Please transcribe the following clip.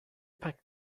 packed